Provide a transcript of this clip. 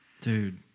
Dude